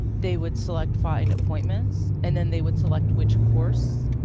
they would select find appointments, and then they would select which course